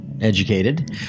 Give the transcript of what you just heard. educated